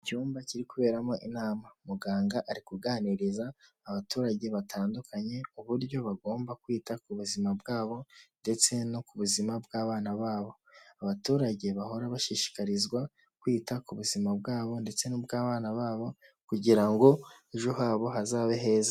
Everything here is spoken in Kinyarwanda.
Icyumba kiri kuberamo inama. Muganga ari kuganiriza abaturage batandukanye, uburyo bagomba kwita ku buzima bwabo ndetse no ku buzima bw'abana babo. Abaturage bahora bashishikarizwa kwita ku buzima bwabo ndetse n'ubw'abana babo kugira ngo ejo habo hazabe heza.